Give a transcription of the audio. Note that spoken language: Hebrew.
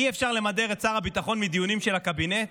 אי-אפשר למדר את שר הביטחון מדיונים של הקבינט,